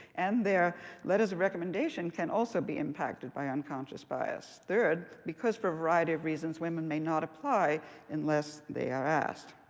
and their letters of recommendation can also be impacted by unconscious bias. third, because for a variety of reasons, women may not apply unless they are asked.